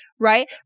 right